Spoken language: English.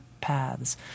paths